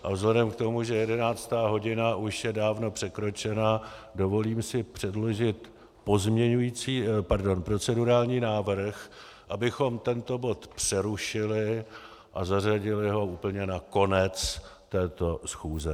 A vzhledem k tomu, že 11. hodina už je dávno překročena, dovolím si předložit procedurální návrh, abychom tento bod přerušili a zařadili ho úplně na konec této schůze.